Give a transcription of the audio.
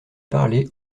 parler